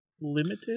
limited